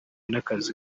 n’akazi